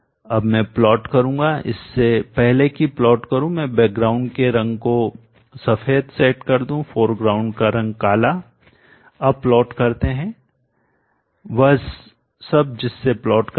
अब मैं प्लॉट करूंगा इससे पहले कि प्लॉट करूं मैं बैकग्राउंडपृष्ठभूमि के रंग को सफेद सेट कर दूं फोरग्राउंडअग्रभूमि का रंग काला अब प्लॉट करते हैं वह सब जिससे प्लॉट करना है